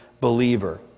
believer